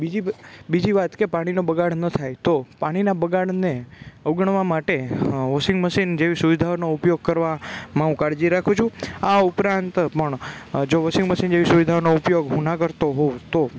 બીજી બીજી વાત કે પાણીનો બગાડ ન થાય તો પાણીના બગાડને અવગણવા માટે વોશિંગ મશીન જેવી સુવિધાઓનો ઉપયોગ કરવા માં હું કાળજી રાખું છું આ ઉપરાંત પણ જો વોશિંગ મશીન જેવી સુવિધાનો ઉપયોગ હું ન કરતો હોય તો